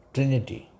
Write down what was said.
Trinity